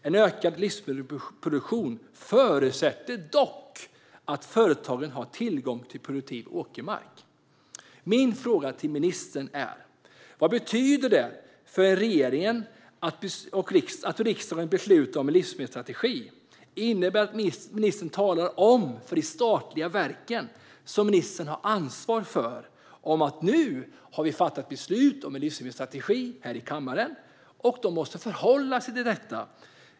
En ökad livsmedelsproduktion förutsätter dock att företagen har tillgång till produktiv åkermark. Min fråga till ministern är: Vad betyder det för regeringen att riksdagen beslutat om en livsmedelsstrategi? Innebär det att ministern talar om för de statliga verk som ministern har ansvar för att vi nu har fattat beslut om en livsmedelsstrategi i kammaren och att de måste förhålla sig till detta?